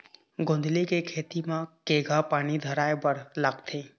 गोंदली के खेती म केघा पानी धराए बर लागथे?